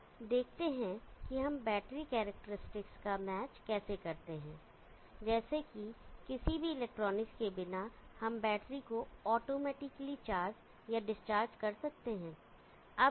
अब देखते हैं कि हम बैटरी करैक्टेरिस्टिक्स का मैच कैसे कर सकते हैं जैसे कि किसी भी इलेक्ट्रॉनिक्स के बिना हम बैटरी को ऑटोमेटिकली चार्ज या डिस्चार्ज कर सकते है